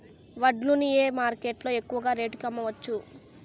వడ్లు ని ఏ మార్కెట్ లో ఎక్కువగా రేటు కి అమ్మవచ్చు?